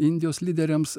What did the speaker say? indijos lyderiams